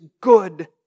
good